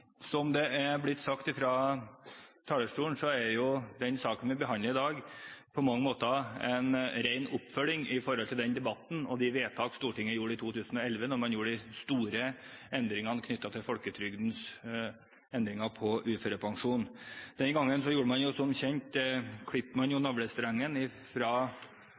Som det er blitt sagt fra talerstolen, er den saken vi behandler i dag, på mange måter en ren oppfølging av den debatten og de vedtak som Stortinget gjorde i 2011, da man fikk de store endringene knyttet til folketrygdens endring av uførepensjon. Den gang så klippet man jo, som kjent,